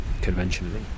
conventionally